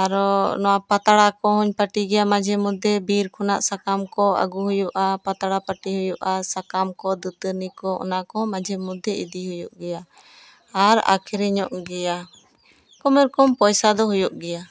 ᱟᱨᱚ ᱱᱚᱣᱟ ᱯᱟᱛᱲᱟ ᱠᱚᱦᱚᱸᱧ ᱯᱟᱹᱴᱤ ᱜᱮᱭᱟ ᱢᱟᱡᱷᱮ ᱢᱚᱫᱽᱫᱷᱮ ᱵᱤᱨ ᱠᱷᱚᱱᱟᱜ ᱥᱟᱠᱟᱢ ᱠᱚ ᱟᱹᱜᱩ ᱦᱩᱭᱩᱜᱼᱟ ᱯᱟᱛᱲᱟ ᱯᱟᱹᱴᱤ ᱦᱩᱭᱩᱜᱼᱟ ᱥᱟᱠᱟᱢ ᱠᱚ ᱫᱟᱹᱛᱟᱹᱱᱤ ᱠᱚ ᱚᱱᱟ ᱠᱚ ᱢᱟᱡᱷᱮ ᱢᱚᱫᱽᱫᱷᱮ ᱤᱫᱤ ᱦᱩᱭᱩᱜ ᱜᱮᱭᱟ ᱟᱨ ᱟᱠᱷᱨᱤᱧᱚᱜ ᱜᱮᱭᱟ ᱠᱚᱱᱳ ᱨᱚᱠᱚᱢ ᱯᱚᱭᱥᱟ ᱫᱚ ᱦᱩᱭᱩᱜ ᱜᱮᱭᱟ